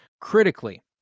critically